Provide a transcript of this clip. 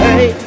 Hey